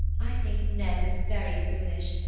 i think ned was very foolish,